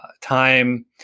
time